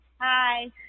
Hi